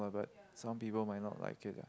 but some people might not like it lah